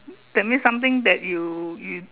that means something that you you